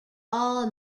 all